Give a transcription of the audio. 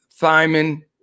Thyman